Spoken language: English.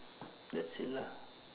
that's it lah